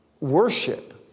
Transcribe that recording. Worship